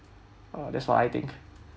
uh that's what I think